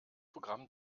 programm